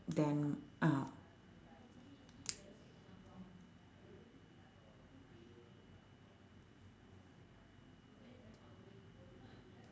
den~ ah